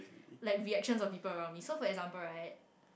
like reactions of people around me so for example right